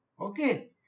Okay